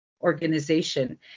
organization